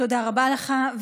תודה רבה לך.